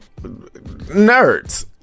nerds